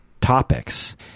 topics